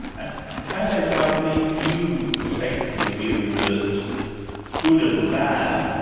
and candace, i believe you take the view that good and bad,